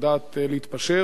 ואני חושב שעשינו פה,